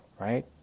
right